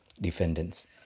defendants